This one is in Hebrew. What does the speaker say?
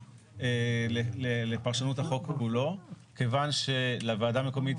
לפרשנות החוק כולו כיוון שלוועדה המקומית,